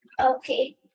Okay